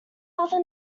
other